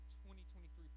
2023